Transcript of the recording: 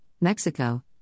Mexico